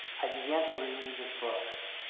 i began to re-read his books.